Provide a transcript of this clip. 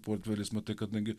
portfeliais matai kadangi